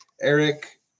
Eric